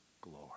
glory